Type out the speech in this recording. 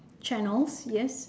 channels yes